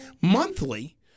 monthly